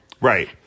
Right